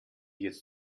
jetzt